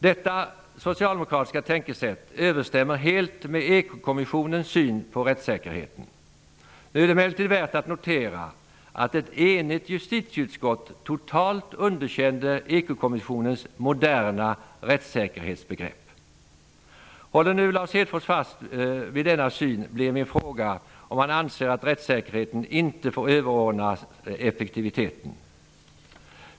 Detta socialdemokratiska tänkesätt överensstämmer helt med EKO-kommissionens syn på rättssäkerheten. Nu är det emellertid värt att notera att ett enigt justitieutskott totalt underkände rättssäkerhetsbegrepp. Håller nu Lars Hedfors fast vid denna syn, blir min fråga om han anser att rättssäkerheten inte får överordnas effektiviteten.